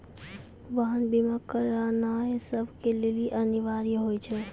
वाहन बीमा करानाय सभ के लेली अनिवार्य होय छै